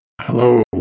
Hello